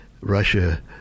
russia